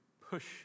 push